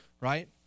right